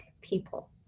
people